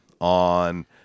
on